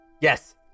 Yes